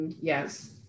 Yes